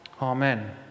Amen